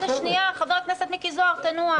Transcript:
שנייה, חבר הכנסת מיקי זוהר, תנוח.